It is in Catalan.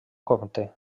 compte